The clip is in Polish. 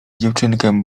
dziewczynkę